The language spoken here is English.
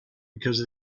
because